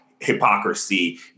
hypocrisy